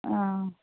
ஆ ஆ